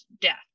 death